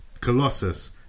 Colossus